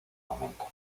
momento